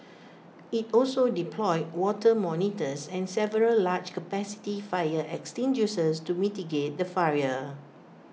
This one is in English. IT also deployed water monitors and several large capacity fire extinguishers to mitigate the fire